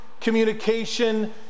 communication